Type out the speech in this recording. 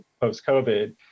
post-COVID